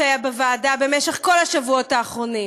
שהיה בוועדה במשך כל השבועות האחרונים?